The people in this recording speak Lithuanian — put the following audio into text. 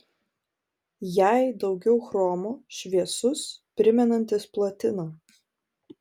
jei daugiau chromo šviesus primenantis platiną